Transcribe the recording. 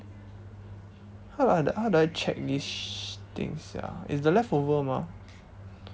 how do I how do I check this sh~ thing sia it's the leftover mah